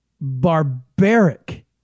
barbaric